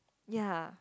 ya